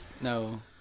No